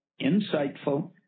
Insightful